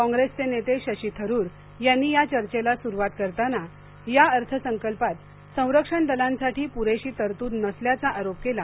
कॉप्रेसचे नेते शशी थरूर यांनी या चर्चेला सुरुवात करताना या अर्थ संकल्पात संरक्षण दलांसाठी पुरेशी तरतूद नसल्याचा आरोप केला